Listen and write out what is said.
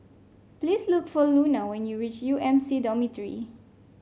please look for Luna when you reach U M C Dormitory